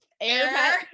air